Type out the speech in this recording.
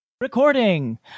Recording